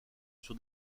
sur